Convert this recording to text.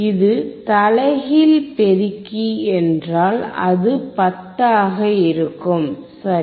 இது தலைகீழ் பெருக்கி என்றால் அது 10 ஆக இருக்கும் சரி